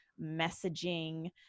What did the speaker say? messaging